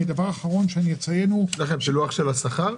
יש לכם פילוח של השכר?